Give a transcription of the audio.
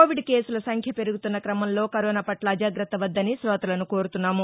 Covid కేసులసంఖ్య పెరుగుతున్న నేపథ్యంలో కరోనాపట్ల అజాగ్రత్త వద్దని శోతలను కోరుతున్నాము